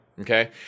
Okay